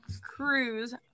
cruise